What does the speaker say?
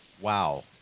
Wow